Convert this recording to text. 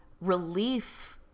relief